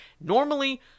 normally